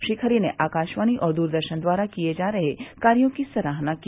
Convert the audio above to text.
श्री खरे ने आकाशवाणी और दूरदर्शन द्वारा किये जा रहे कार्यो की सराहना की